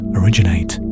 originate